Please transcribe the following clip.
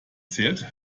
zählt